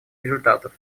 результатов